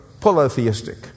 polytheistic